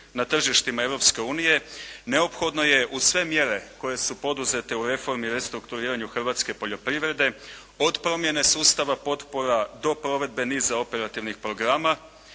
na tržištima Europske unije neophodno je uz sve mjere koje su poduzete u reformi restrukturiranja hrvatske poljoprivrede od promjene sustava potpora do provedbe niza operativnih programa